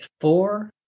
four